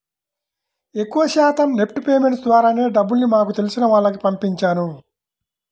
ఎక్కువ శాతం NEFT payments ద్వారానే డబ్బుల్ని మాకు తెలిసిన వాళ్లకి పంపించాను